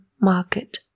market